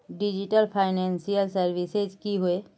Digital financial services की होय?